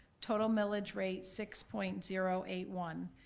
total millage rate, six point zero eight one.